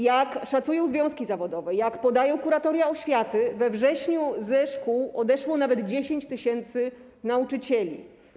Jak szacują związki zawodowe, jak podają kuratoria oświaty, we wrześniu ze szkół odeszło nawet 10 tys. nauczycieli.